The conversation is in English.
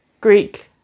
Greek